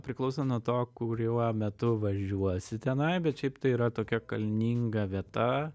priklauso nuo to kuriuo metu važiuosi tenai bet šiaip tai yra tokia kalninga vieta